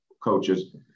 coaches